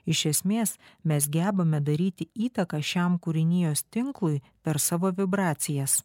iš esmės mes gebame daryti įtaką šiam kūrinijos tinklui per savo vibracijas